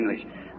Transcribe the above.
English